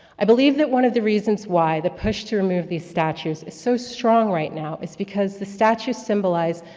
i believe that one of the reasons why the push to remove these statues is so strong right now, is because the statues symbolize,